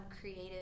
creative